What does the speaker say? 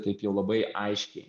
taip jau labai aiškiai